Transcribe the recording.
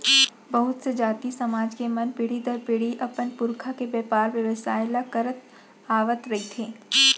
बहुत से जाति, समाज के मन पीढ़ी दर पीढ़ी अपन पुरखा के बेपार बेवसाय ल करत आवत रिहिथे